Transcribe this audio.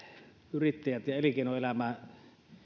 yrittäjät ja elinkeinoelämä